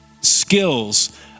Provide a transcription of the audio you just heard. skills